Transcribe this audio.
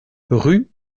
rue